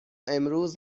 امروز